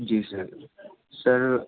جی sir سر